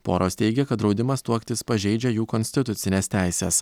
poros teigia kad draudimas tuoktis pažeidžia jų konstitucines teises